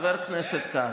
חבר הכנסת כץ,